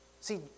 See